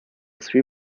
three